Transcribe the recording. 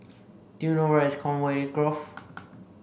do you know where is Conway Grove